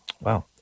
Wow